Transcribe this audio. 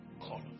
colors